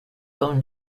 own